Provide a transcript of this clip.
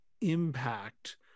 impact